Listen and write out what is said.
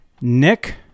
Nick